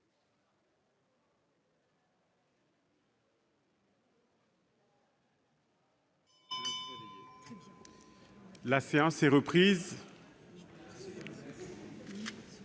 La séance est reprise.